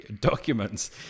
documents